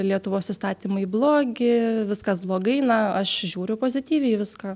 lietuvos įstatymai blogi viskas blogai na aš žiūriu pozityviai į viską